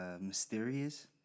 mysterious